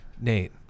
Nate